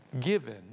given